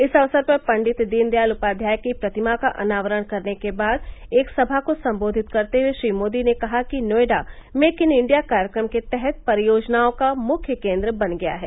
इस अवसर पर पंडित दीन दयाल उपाध्याय की प्रतिमा का अनावरण करने के बाद एक सभा को सम्बोधित करते हुए श्री मोदी ने कहा कि नोएडा मेक इन इंडिया कार्यक्रम के तहत परियोजनाओं का मुख्य केन्द्र बन गया है